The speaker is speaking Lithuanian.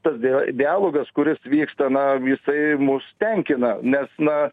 todėl dialogas kuris vyksta na jisai mus tenkina nes na